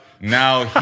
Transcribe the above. now